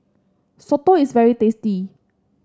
Soto is very tasty